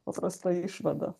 paprasta išvada